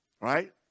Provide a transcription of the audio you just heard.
Right